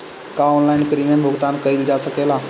का online premium भुगतान कईल जा सकेला?